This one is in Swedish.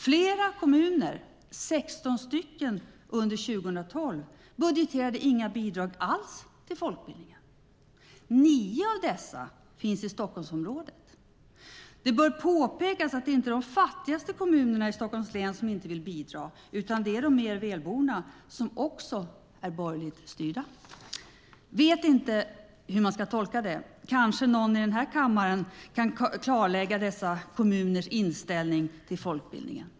Flera kommuner - 16 under 2012 - budgeterade inga bidrag alls till folkbildningen. Nio av dessa kommuner finns i Stockholmsområdet. Det bör påpekas att det inte är de fattigaste kommunerna i Stockholms län som inte vill bidra, utan det är de mer välborna som också är borgerligt styrda. Jag vet inte hur man ska tolka detta. Kanske någon i denna kammare kan klarlägga dessa kommuners inställning till folkbildningen.